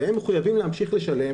והם מחויבים להמשיך לשלם